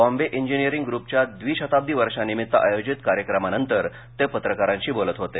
Bombay engineering ग्रुपच्या द्विशताब्दी वर्षानिमित्त अयोजित कार्यक्रमांनंतर ते पत्रकारांशी बोलत होते